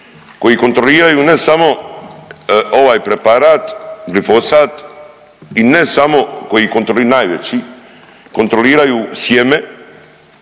koji kontroliraju ne samo ovaj preparat glifosat i ne samo koji i najveći kontroliraju sjeme,